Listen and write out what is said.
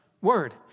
word